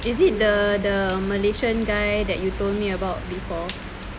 is it the the malaysian guy that you told me about before